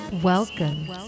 Welcome